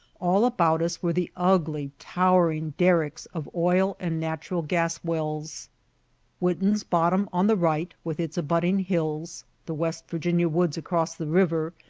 all about us were the ugly, towering derricks of oil and natural gas wells witten's bottom on the right, with its abutting hills the west virginia woods across the river,